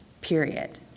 period